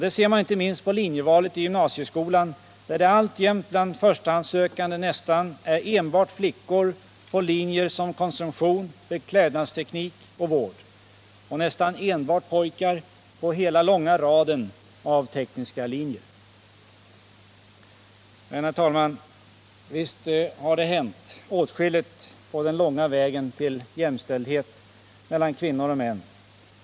Det ser man inte minst på linjevalet i gymnasieskolan, där det alltjämt bland förstahandssökande är nästan enbart flickor på linjer som konsumtion, beklädnadsteknik och vård och nästan enbart pojkar på hela långa raden av tekniska linjer. Men, herr talman, visst har det hänt åtskilligt på den långa vägen till jämställdhet mellan kvinnor och män.